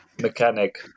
mechanic